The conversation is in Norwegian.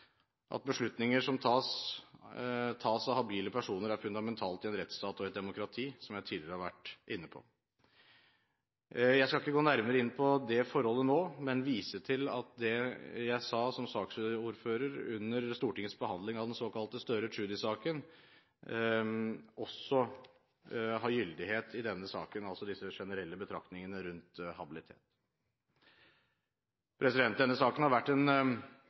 en rettsstat og i et demokrati, som jeg tidligere har vært inne på. Jeg skal ikke gå nærmere inn på det forholdet nå, men vise til at det jeg sa som saksordfører under Stortingets behandling av den såkalte Støre–Tschudi-saken, disse generelle betraktningene rundt habilitet, også har gyldighet i denne saken. Denne saken har vært omfattende og viktig for å bidra til en forbedring av tilskuddsforvaltningen i de fleste departement. Vi har som følge av saken en